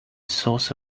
source